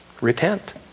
Repent